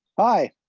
aye,